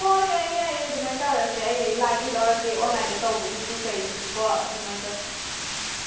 ꯍꯣꯏ ꯌꯥꯏꯌꯦ ꯌꯥꯏꯌꯦ ꯑꯗꯨꯃꯥꯏꯅ ꯇꯧꯔꯁꯦ ꯑꯩ ꯂꯥꯏꯟꯁꯨ ꯂꯧꯔꯛꯀꯦ ꯑꯣꯟꯂꯥꯏꯟꯗ ꯇꯧꯕꯒꯤꯁꯨ ꯀꯔꯤꯒꯤꯁꯨ ꯀꯣ ꯑꯗꯨꯃꯥꯏꯅ ꯇꯧꯔꯁꯤ